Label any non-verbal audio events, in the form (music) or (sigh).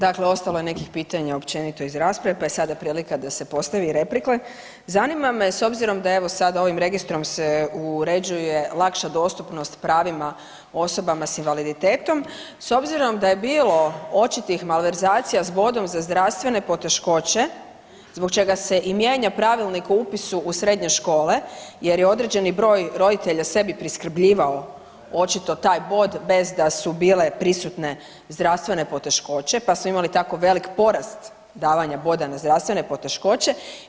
Dakle ostalo je nekih pitanja općenito iz rasprave pa je sada prilika da se postavi i ... (unintelligible) Zanima me s obzirom da evo, sada ovim Registrom se uređuje lakša dostupnost pravima osobama s invaliditetom, s obzirom da je bilo očitih malverzacija s bodom za zdravstvene poteškoće, zbog čega se i mijenja Pravilnik o upisu u srednje škole jer je određeni broj roditelja sebi priskrbljivao očito taj bod bez da su bile prisutne zdravstvene poteškoće pa smo imali tako velik porast davanja broja na zdravstvene poteškoće.